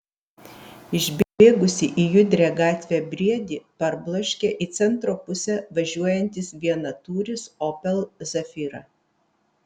išbėgusį į judrią gatvę briedį parbloškė į centro pusę važiuojantis vienatūris opel zafira